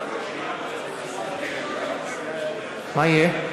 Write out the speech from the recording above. מה יהיה?